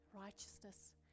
Righteousness